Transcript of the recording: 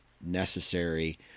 necessary